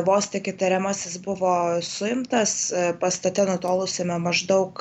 vos tik įtariamasis buvo suimtas pastate nutolusiame maždaug